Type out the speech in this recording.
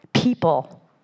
People